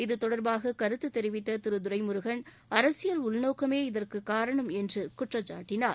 இதுதொடர்பாக கருத்து தெரிவித்த திரு துரைமுருகன் அரசியல் உள்நோக்கமே இதற்கு காரணம் என்று குற்றம் சாட்டினார்